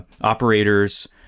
operators